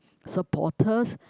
supporters